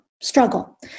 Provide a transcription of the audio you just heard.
struggle